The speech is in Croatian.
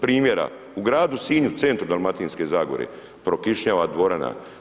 Primjera, u gradu Sinju, centru Dalmatinske zagore prokišnjava dvorana.